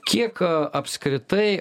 kiek apskritai